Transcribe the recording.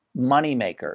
moneymaker